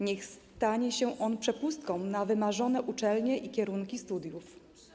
Niech stanie się on przepustką na wymarzone uczelnie i kierunki studiów.